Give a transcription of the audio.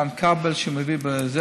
מה העמדה שלך לגבי אי-פרסום,